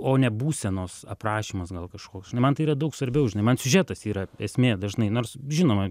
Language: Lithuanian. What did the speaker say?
o ne būsenos aprašymas gal kažkoks nu man tai yra daug svarbiau žinai man siužetas yra esmė dažnai nors žinoma